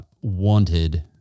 wanted